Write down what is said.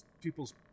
people's